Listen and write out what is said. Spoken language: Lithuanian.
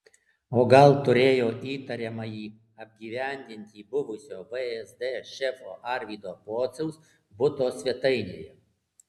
o gal turėjo įtariamąjį apgyvendinti buvusio vsd šefo arvydo pociaus buto svetainėje